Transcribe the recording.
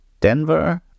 Denver